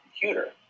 computer